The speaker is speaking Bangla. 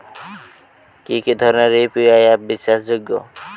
কি কি ধরনের ইউ.পি.আই অ্যাপ বিশ্বাসযোগ্য?